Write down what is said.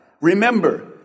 Remember